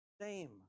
shame